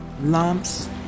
lumps